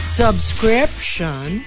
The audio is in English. subscription